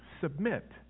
submit